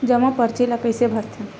जमा परची ल कइसे भरथे?